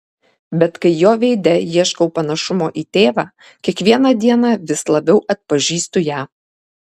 bet kai jo veide ieškau panašumo į tėvą kiekvieną dieną vis labiau atpažįstu ją